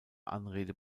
anrede